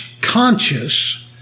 conscious